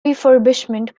refurbishment